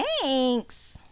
thanks